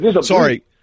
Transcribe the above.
sorry –